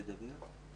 היא מפחדת לדבר?